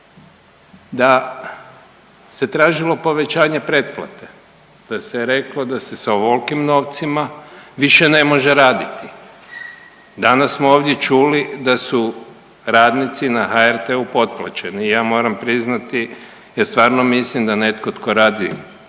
da se tražilo povećanje pretplate, da se je reklo da se sa ovolikim novcima više ne može raditi? Danas smo ovdje čuli da su radnici na HRT-u potplaćeni i ja moram priznati, ja stvarno mislim da netko tko radi